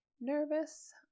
Nervous